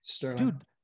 Dude